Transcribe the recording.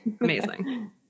Amazing